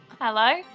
Hello